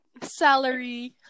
salary